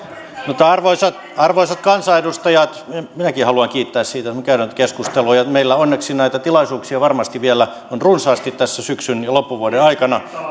mutta arvoisat arvoisat kansanedustajat minäkin haluan kiittää siitä että me käymme nyt keskustelua ja meillä onneksi näitä tilaisuuksia varmasti vielä on runsaasti tässä syksyn ja loppuvuoden aikana